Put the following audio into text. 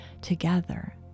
together